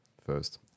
first